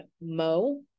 Mo